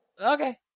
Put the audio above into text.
okay